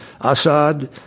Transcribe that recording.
Assad